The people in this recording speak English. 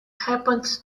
happens